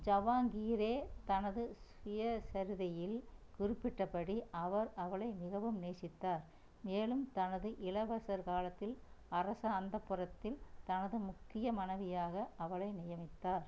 ஜவாங்கீரே தனது சுயசரிதையில் குறிப்பிட்டபடி அவர் அவளை மிகவும் நேசித்தார் மேலும் தனது இளவரசர் காலத்தில் அரச அந்தப்புரத்தில் தனது முக்கிய மனைவியாக அவளை நியமித்தார்